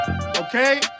Okay